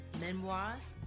memoirs